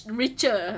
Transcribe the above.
richer